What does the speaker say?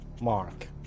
mark